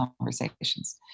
conversations